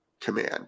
command